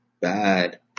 bad